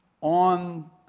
on